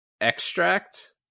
Extract